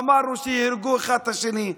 אמרנו שיהרגו אחד את השני.